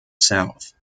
south